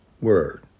Word